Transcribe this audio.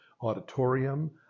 auditorium